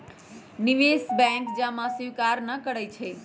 निवेश बैंक जमा स्वीकार न करइ छै